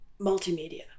multimedia